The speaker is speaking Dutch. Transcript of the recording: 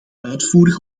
uitvoerig